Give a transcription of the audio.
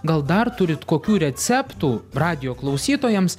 gal dar turit kokių receptų radijo klausytojams